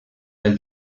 del